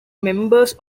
members